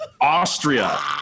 Austria